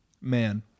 Man